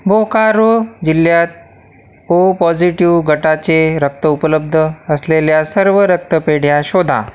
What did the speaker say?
बोकारो जिल्ह्यात O positive गटाचे रक्त उपलब्ध असलेल्या सर्व रक्तपेढ्या शोधा